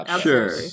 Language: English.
Sure